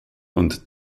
und